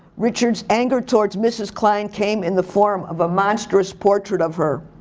richard's anger towards mrs. klein came in the form of a monstrous portrait of her.